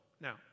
now